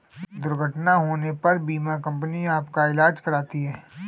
दुर्घटना होने पर बीमा कंपनी आपका ईलाज कराती है